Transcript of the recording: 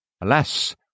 Alas